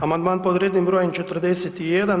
Amandman pod rednim brojem 41.